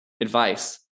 advice